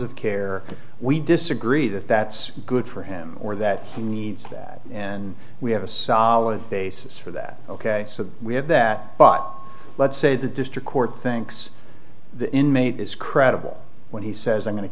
of care we disagree that that's good for him or that he needs that and we have a solid basis for that ok so we have that but let's say the district court thinks the inmate is credible when he says i'm going to